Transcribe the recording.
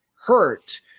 hurt